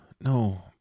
no